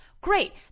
great